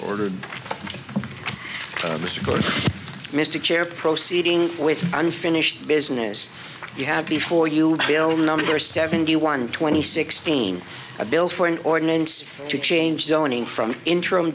gore's mystic chair proceeding with unfinished business you had before you bill number seventy one twenty sixteen a bill for an ordinance to change zoning from interim